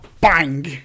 bang